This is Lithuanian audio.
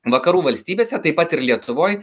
vakarų valstybėse taip pat ir lietuvoj